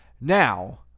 Now